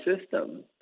system